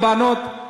בנות,